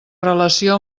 relació